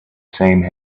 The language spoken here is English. same